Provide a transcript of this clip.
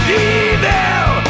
evil